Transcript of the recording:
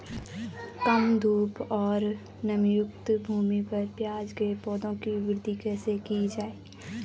कम धूप और नमीयुक्त भूमि पर प्याज़ के पौधों की वृद्धि कैसे की जाए?